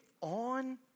on